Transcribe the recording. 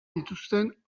dituzten